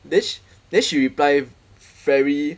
then then she reply very